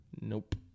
Nope